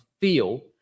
feel